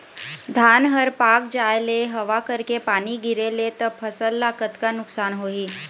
धान हर पाक जाय ले हवा करके पानी गिरे ले त फसल ला कतका नुकसान होही?